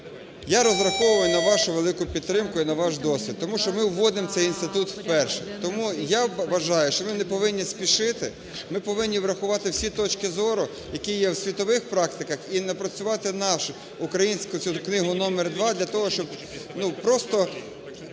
я розраховую на вашу велику підтримку і на ваш досвід, тому що ми вводим цей інститут вперше. Тому я вважаю, що ми не повинні спішити. Ми повинні врахувати всі точки зору, які є в світових практиках і напрацювати нашу, українську книгу номер два для того, щоб, ну, просто